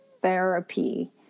therapy